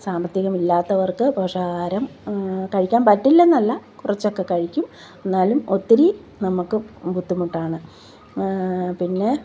സാമ്പത്തികമില്ലാത്തവർക്ക് പോഷകാഹാരം കഴിക്കാം പറ്റില്ലയെന്നല്ല കുറച്ചൊക്കെ കഴിക്കും എന്നാലും ഒത്തിരി നമുക്ക് ബുദ്ധിമുട്ടാണ് പിന്നെ